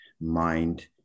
mind